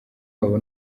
wabo